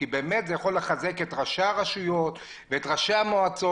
כי זה יכול לחזק את ראשי הרשויות ואת ראשי המועצות.